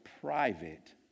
private